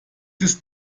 ist